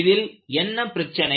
இதில் என்ன பிரச்சனை